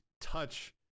touch